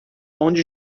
onde